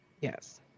Yes